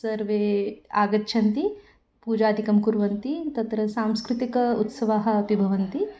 सर्वे आगच्छन्ति पूजादिकं कुर्वन्ति तत्र सांस्कृतिक उत्सवाः अपि भवन्ति